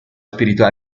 spirito